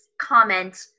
comment